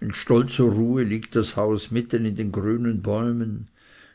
in stolzer ruhe liegt das haus mitten in den grünen bäumen